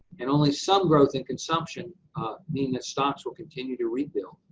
and only some growth in consumption mean that stocks will continue to rebuild,